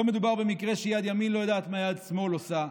לא מדובר במקרה שיד ימין לא יודעת מה יד שמאל עושה,